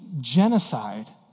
genocide